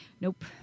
Nope